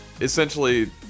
essentially